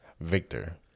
Victor